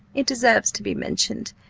it deserves to be mentioned,